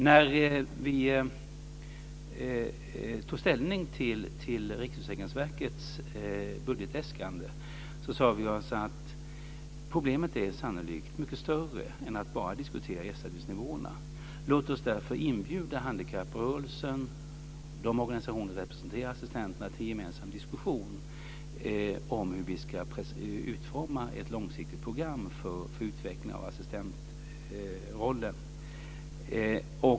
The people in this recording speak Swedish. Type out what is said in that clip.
När vi tog ställning till Riksförsäkringsverkets budgetäskande sade vi oss att problemet sannolikt är mycket större än enbart ersättningsnivåerna. Låt oss därför inbjuda handikapprörelsen, de organisationer som representerar assistenterna, till en gemensam diskussion om hur vi ska utforma ett långsiktigt program för utveckling av assistentrollen.